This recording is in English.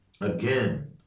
again